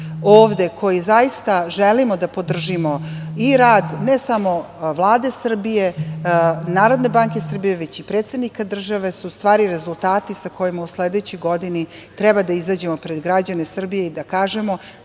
ovde koji zaista želimo da podržimo rad ne samo Vlade Srbije, NBS, već i predsednika države su u stvari rezultati sa kojima u sledećoj godini treba da izađemo pred građane Srbije i da kažemo